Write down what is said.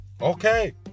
...okay